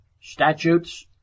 statutes